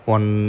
One